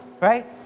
Right